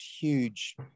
huge